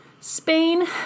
Spain